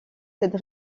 cette